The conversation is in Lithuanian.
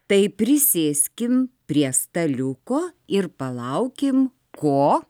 tai prisėskim prie staliuko ir palaukim ko